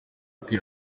ubukwe